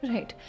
Right